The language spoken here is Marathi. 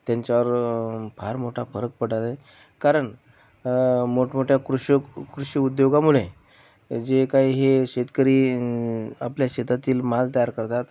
त्यांच्यावर फार मोठा फरक पडत आहे कारण मोठमोठ्या कृषी कृषी उद्योगामुळे जे काही हे शेतकरी आपल्या शेतातील माल तयार करतात